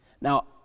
Now